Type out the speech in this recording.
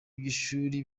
by’ishuri